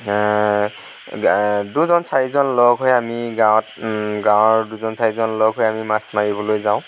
দুইজন চাৰিজন লগ হৈ আমি গাঁৱত গাঁৱৰ দুজন চাৰিজন লগ হৈ আমি মাছ মাৰিবলৈ যাওঁ